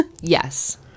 Yes